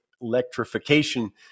electrification